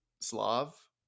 Slav